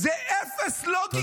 זה אפס לוגיקה.